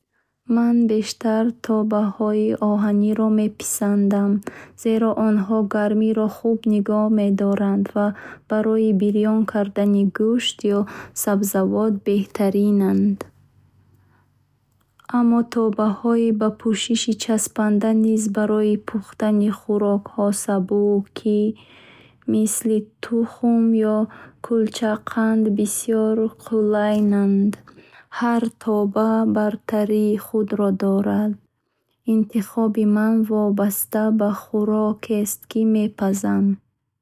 Ман бештар табаҳои оҳанинро меписандам, зеро онҳо гармиро хуб нигоҳ медоранд ва барои бирён кардани гӯшт ё сабзавот беҳтаринанд. Аммо табаҳои бо пӯшиши часпанда низ барои пухтани хӯрокҳои сабук, мисли тухм ё кулчақанд, бисёр қулайанд. Ҳар таба бартарии худро дорад интихоби ман вобаста ба хӯрокест, ки мепазам.